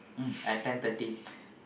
mm